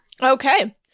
Okay